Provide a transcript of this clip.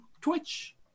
Twitch